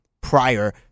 prior